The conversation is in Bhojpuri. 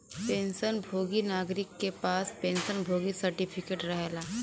पेंशन भोगी नागरिक क पास पेंशन भोगी सर्टिफिकेट रहेला